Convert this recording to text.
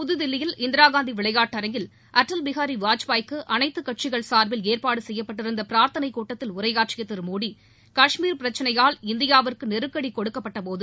புதுதில்லியில் இந்திராகாந்தி விளையாட்டரங்கில் அடல் பிஹாரி வாஜ்பாய் க்கு அனைத்து கட்சிகள் சார்பில் ஏற்பாடு செய்யப்பட்டிருந்த பிரார்த்தனை கூட்டத்தில் உரையாற்றிய திரு மோடி கஷ்மீர் பிரச்சனையால் இந்தியாவிற்கு நெருக்கடி கொடுக்கப்பட்டபோது